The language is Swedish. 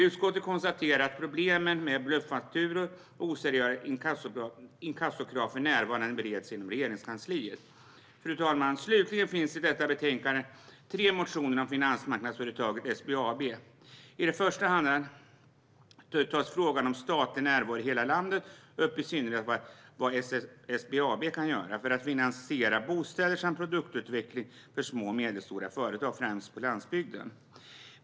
Utskottet konstaterar att problem med bluffakturor och oseriösa inkassokrav för närvarande bereds inom Regeringskansliet. Fru talman! Slutligen finns i detta betänkande tre motioner om finansmarknadsföretaget SBAB. I den första tas frågan om statlig närvaro i hela landet upp, i synnerhet vad SBAB kan göra för att finansiera bostäder samt produktutveckling för små och medelstora företag, främst på landsbygden.